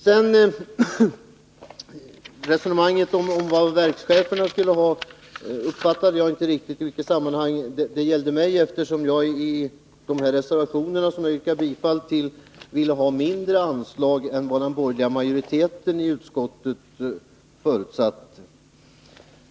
Jag uppfattade inte i vilket sammanhang resonemanget om hur mycket pengar verkscheferna skulle ha gällde mig, eftersom man i de reservationer som jag yrkar bifall till vill ha mindre anslag än vad den borgerliga utskottsmajoriteten tillstyrkt.